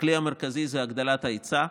הכלי המרכזי הוא הגדלת ההיצע.